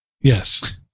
yes